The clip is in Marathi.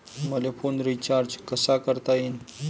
मले फोन रिचार्ज कसा करता येईन?